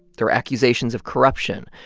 there were accusations of corruption.